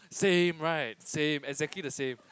same right same exactly the same